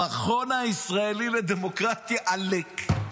המכון הישראלי לדמוקרטיה עלק.